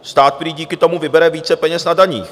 Stát prý díky tomu vybere více peněz na daních.